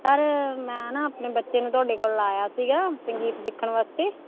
sir ਮੈਂ ਨਾ ਆਪਣੇ ਬੱਚੇ ਨੂੰ ਤੁਹਾਡੇ ਕੋਲ ਲਾਇਆ ਸੀਗਾ ਸੰਗੀਤ ਸਿੱਖਣ ਵਾਸਤੇ